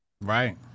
Right